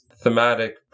thematic